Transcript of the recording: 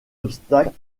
obstacles